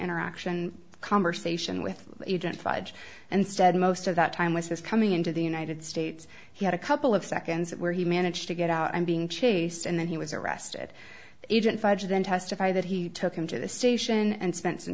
interaction conversation with you defied and study most of that time with his coming into the united states he had a couple of seconds where he managed to get out i'm being chased and then he was arrested agent five then testified that he took him to the station and spent some